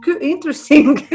interesting